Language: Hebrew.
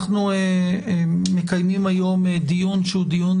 אנחנו מקיימים היום דיון שהוא דיון